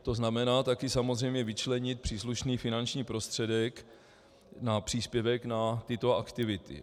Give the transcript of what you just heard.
To znamená taky samozřejmě vyčlenit příslušný finanční prostředek na příspěvek na tyto aktivity.